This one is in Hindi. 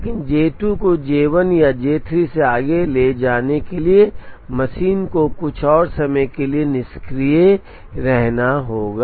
लेकिन J 2 को J 1 या J 3 से आगे ले जाने के लिए मशीन को कुछ और समय के लिए निष्क्रिय रहना होगा